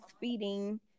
feeding